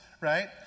right